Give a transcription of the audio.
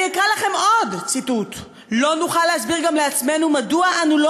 אני אקרא לכם עוד ציטוט: "לא נוכל להסביר גם לעצמנו מדוע אנו לא